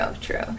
true